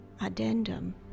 Addendum